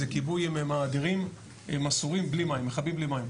מכבים בלי מים.